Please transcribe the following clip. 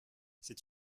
c’est